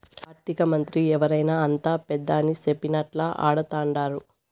ఆర్థికమంత్రి ఎవరైనా అంతా పెదాని సెప్పినట్లా ఆడతండారు